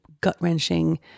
gut-wrenching